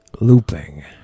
Looping